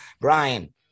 Brian